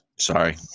Sorry